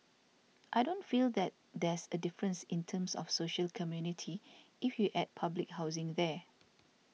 I don't feel that there's a difference in terms of social community if you add public housing there